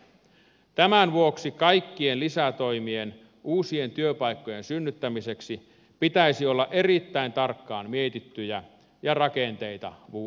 tämän vuoksi kaikkien lisätoimien uusien työpaikkojen synnyttämiseksi pitäisi olla erittäin tarkkaan mietittyjä ja rakenteita muuttavia